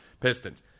Pistons